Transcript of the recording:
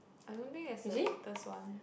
I don't think there's a latest one